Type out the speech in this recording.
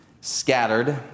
scattered